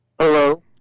Hello